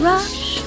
Rush